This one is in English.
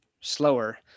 slower